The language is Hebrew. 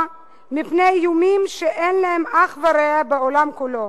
מפני איומים שאין להם אח ורע בעולם כולו.